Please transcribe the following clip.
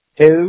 two